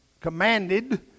commanded